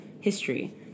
history